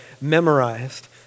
memorized